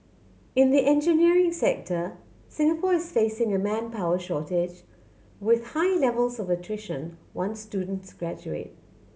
in the engineering sector Singapore is facing a manpower shortage with high levels of attrition once students graduate